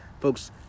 Folks